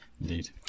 Indeed